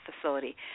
facility